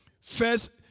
First